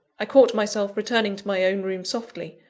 i caught myself returning to my own room softly,